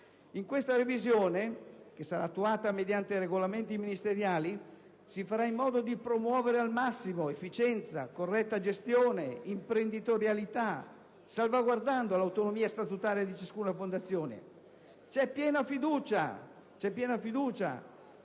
In questa revisione, che sarà attuata mediante regolamenti ministeriali, si farà in modo di promuovere al massimo efficienza, corretta gestione, imprenditorialità, salvaguardando l'autonomia statutaria di ciascuna fondazione. C'è piena fiducia